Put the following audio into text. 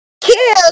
Kill